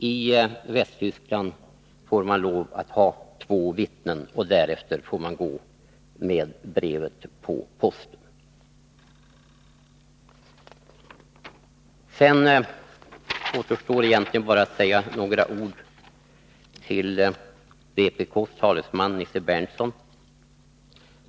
I Västtyskland får man lov att ha två vittnen, och därefter får man gå med brevet till posten. Sedan återstår egentligen bara att säga några ord till vpk:s talesman Nils Berndtson.